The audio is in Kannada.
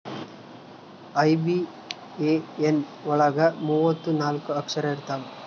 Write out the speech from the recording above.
ಐ.ಬಿ.ಎ.ಎನ್ ಒಳಗ ಮೂವತ್ತು ನಾಲ್ಕ ಅಕ್ಷರ ಇರ್ತವಾ